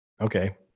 Okay